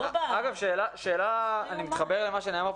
אני מתחבר למה שנאמר כאן.